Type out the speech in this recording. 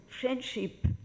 Friendship